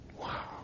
Wow